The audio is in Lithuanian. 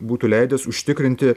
būtų leidęs užtikrinti